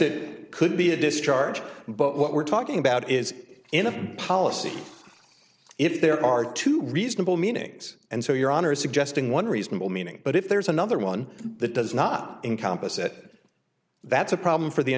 it could be a discharge but what we're talking about is in a policy if there are two reasonable meanings and so your honor is suggesting one reasonable meaning but if there's another one that does not encompass that that's a problem for the